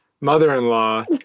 mother-in-law